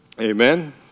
Amen